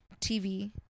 TV